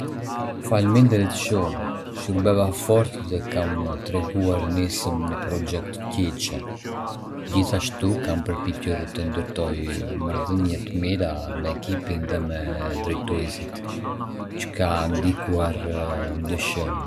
Faleminderit shumë! shurbeva fort dhe kam treguar nismë në projekte kyçe. Gjithashtu kam përpiqur të ndërtoj marrëdhënie të mira me ekipin dhe me drejtuesit, që ka ndikuar ndjeshëm.